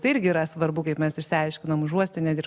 tai irgi yra svarbu kaip mes išsiaiškinom užuosti net ir